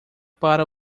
para